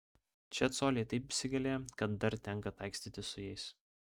čia coliai taip įsigalėję kad dar tenka taikstytis su jais